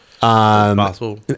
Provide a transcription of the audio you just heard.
possible